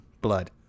blood